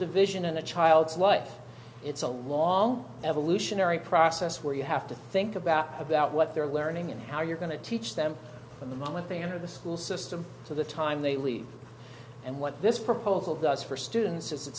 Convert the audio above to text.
division in the child's life it's a long evolutionary process where you have to think about about what they're learning and how you're going to teach them from the moment they enter the school system to the time they leave and what this proposal does for students is it